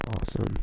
awesome